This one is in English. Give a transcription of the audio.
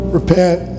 repent